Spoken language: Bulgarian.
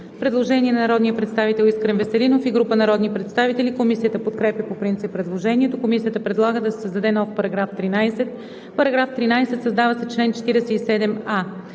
Предложение на народния представител Искрен Веселинов и група народни представители: Комисията подкрепя по принцип предложението. Комисията предлага да се създаде нов § 13: „§ 13. Създава се чл. 47а: